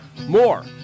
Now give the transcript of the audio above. More